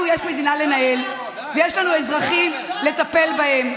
לנו יש מדינה לנהל ויש לנו אזרחים לטפל בהם.